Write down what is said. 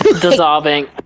Dissolving